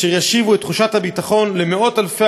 אשר ישיבו את תחושת הביטחון למאות-אלפי